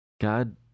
God